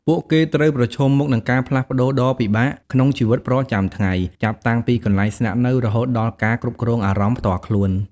ពួកគេត្រូវប្រឈមមុខនឹងការផ្លាស់ប្ដូរដ៏ពិបាកក្នុងជីវិតប្រចាំថ្ងៃ ចាប់តាំងពីកន្លែងស្នាក់នៅ រហូតដល់ការគ្រប់គ្រងអារម្មណ៍ផ្ទាល់ខ្លួន។